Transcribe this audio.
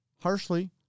harshly